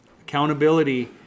Accountability